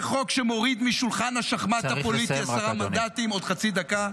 זה חוק שמוריד משולחן השחמט הפוליטי -- צריך לסיים --- עוד חצי דקה.